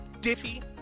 ditty